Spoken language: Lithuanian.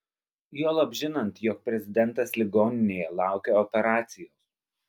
juolab žinant jog prezidentas ligoninėje laukia operacijos